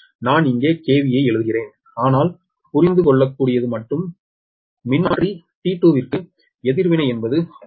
நான் இங்கே KV ஐ எழுதுகிறேன் ஆனால் புரிந்துகொள்ளக்கூடியது மற்றும் மின்மாற்றி T2 க்கு எதிர்வினை என்பது 0